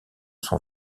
son